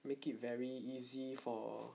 make it very easy for